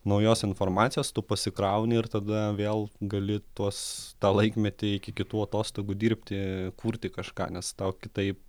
naujos informacijos tu pasikrauni ir tada vėl gali tuos tą laikmetį iki kitų atostogų dirbti kurti kažką nes tau kitaip